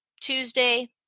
Tuesday